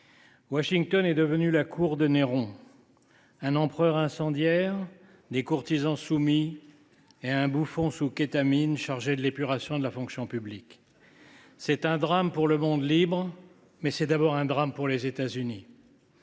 Washington est devenue la cour de Néron : un empereur incendiaire, des courtisans soumis et un bouffon sous kétamine chargé de l’épuration de la fonction publique. C’est un drame pour le monde libre, mais c’est d’abord un drame pour les États Unis.